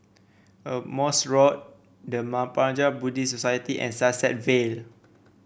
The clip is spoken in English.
a Morse Road The Mahaprajna Buddhist Society and Sunset Vale